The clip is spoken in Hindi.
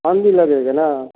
ठंड भी लगेगी ना